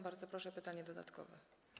Bardzo proszę, pytanie dodatkowe.